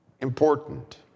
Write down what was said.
important